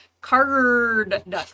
Card